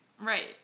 Right